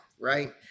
Right